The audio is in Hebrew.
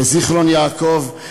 בזיכרון-יעקב,